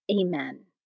Amen